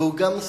והוא גם,